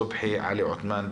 סובחי עלי עותמאן,